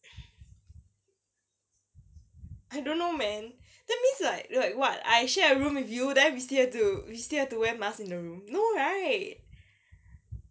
I don't know man that means like like what I actually I room with you then we still have to we still have to wear masks in the room no right